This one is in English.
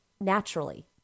naturally